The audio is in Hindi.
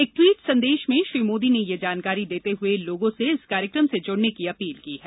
एक ट्वीट संदेश में श्री मोदी ने यह जानकारी देते हुए लोगों से इस कार्यक्रम से जुड़ने की अपील की है